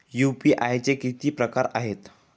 UPI चे किती प्रकार आहेत?